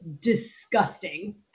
disgusting